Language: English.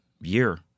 year